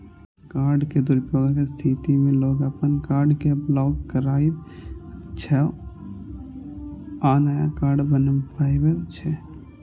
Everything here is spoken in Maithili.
कार्ड के दुरुपयोगक स्थिति मे लोग अपन कार्ड कें ब्लॉक कराबै छै आ नया कार्ड बनबावै छै